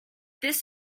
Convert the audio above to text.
this